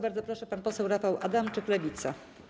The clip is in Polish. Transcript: Bardzo proszę, pan poseł Rafał Adamczyk, Lewica.